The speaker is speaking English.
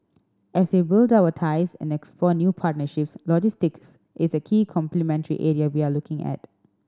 as we build our ties and explore new partnerships logistics is a key complementary area we are looking at